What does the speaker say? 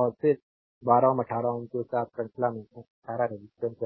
और फिर फिर 12 Ω 18 Ω के साथ श्रृंखला में है क्योंकि 18 Ω रेजिस्टेंस यहां है